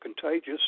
contagious